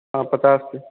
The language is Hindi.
हाँ पचास पीस